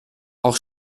auch